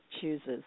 chooses